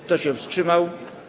Kto się wstrzymał?